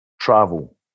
travel